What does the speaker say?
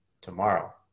tomorrow